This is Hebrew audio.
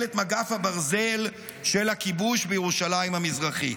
את מגף הברזל של הכיבוש בירושלים המזרחית.